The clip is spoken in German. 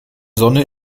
sonne